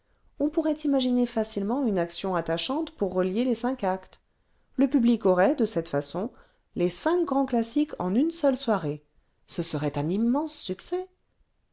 on pourrait imaginer facilement une action attachante pour relier les cinq actes le public aurait aurait cette façon les cinq grands classiques en une seule soirée ce serait un immense succès